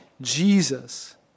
Jesus